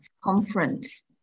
conference